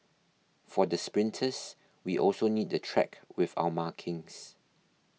for the sprinters we also need the track with our markings